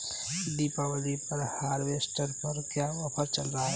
दीपावली पर हार्वेस्टर पर क्या ऑफर चल रहा है?